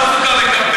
היא עסוקה בקמפיין.